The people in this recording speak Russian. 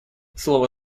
слово